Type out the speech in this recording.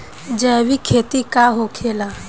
जैविक खेती का होखेला?